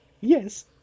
Yes